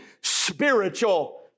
spiritual